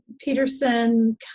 Peterson